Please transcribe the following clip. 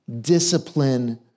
discipline